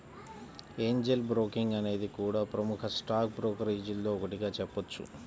Angel broking అనేది కూడా ప్రముఖ స్టాక్ బ్రోకరేజీల్లో ఒకటిగా చెప్పొచ్చు